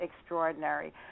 extraordinary